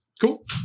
Cool